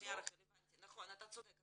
אתה צודק,